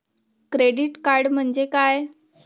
Credit card म्हणजे काय?